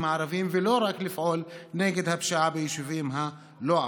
הערביים ולא רק לפעול נגד הפשיעה ביישובים הלא-ערביים.